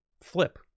Flip